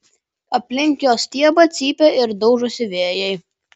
aplink jo stiebą cypia ir daužosi vėjai